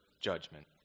judgment